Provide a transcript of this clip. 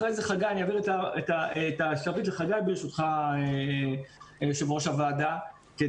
אחר כך ברשותך יושב ראש הוועדה אני אעביר את